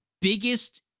biggest